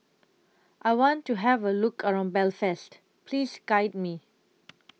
I want to Have A Look around Belfast Please Guide Me